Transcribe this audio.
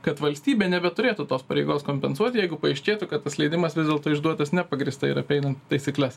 kad valstybė nebeturėtų tos pareigos kompensuoti jeigu paaiškėtų kad tas leidimas vis dėlto išduotas nepagrįstai ir apeinant taisykles